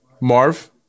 Marv